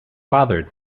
bothered